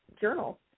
journal